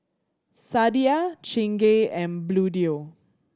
Sadia Chingay and Bluedio